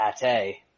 pate